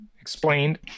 explained